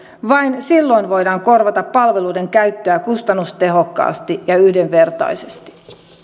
vain silloin voidaan korvata palveluiden käyttöä kustannustehokkaasti ja yhdenvertaisesti